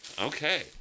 okay